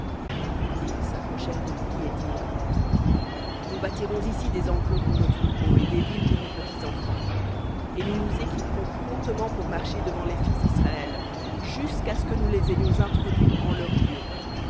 et ils s'approchèrent de lui et dirent nous bâtirons ici des enclos pour nos troupeaux et des villes pour nos petits enfants et nous nous équiperons promptement devant les fils d'israël jusqu'à ce que nous les ayons introduits en leur lieu